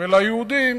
וליהודים